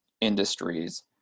industries